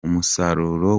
umusaruro